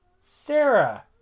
Sarah